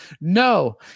no